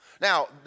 Now